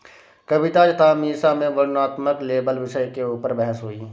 कविता तथा मीसा में वर्णनात्मक लेबल विषय के ऊपर बहस हुई